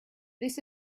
this